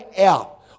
out